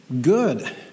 good